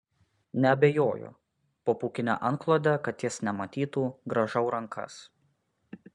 neabejoju po pūkine antklode kad jis nematytų grąžau rankas